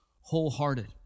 wholehearted